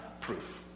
proof